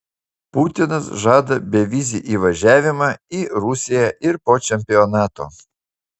putinas žada bevizį įvažiavimą į rusiją ir po čempionato